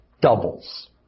doubles